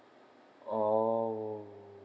oh